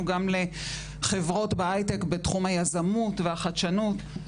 וגם לחברות בהייטק בתחום היזמות והחדשנות.